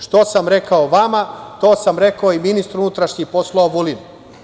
Što sam rekao vama, to sam rekao i ministru unutrašnjih poslova Vulinu.